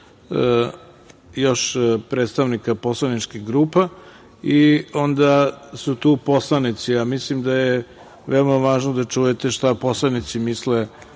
još predstavnike poslaničkih grupa i onda su tu poslanici. Mislim da je veoma važno da čujete šta poslanici misle